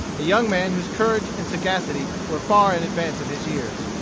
a young man whose courage and sagacity were far in advance of his years.